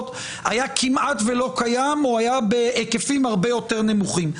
היה כמעט ולא קיים או היה בהיקפים הרבה יותר נמוכים.